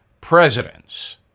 presidents